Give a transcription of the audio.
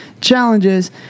challenges